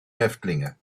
häftlinge